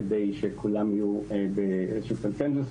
כדי שכולם יהיו באיזשהו קונצנזוס,